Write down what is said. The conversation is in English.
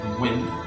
win